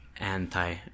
Anti